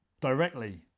directly